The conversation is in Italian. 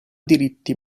diritti